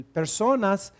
personas